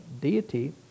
deity